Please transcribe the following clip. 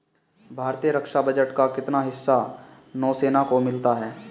भारतीय रक्षा बजट का कितना हिस्सा नौसेना को मिलता है?